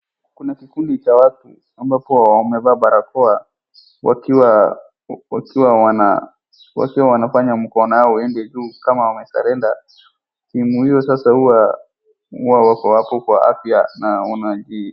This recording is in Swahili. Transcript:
Kuna kikundi cha watu ambapo wamevaa barakoa wakiwawanafanya mkono yao iende juu kama wame surrender . Sehemu hiyo huwa sasa wako hapo kwa afya na wanaji.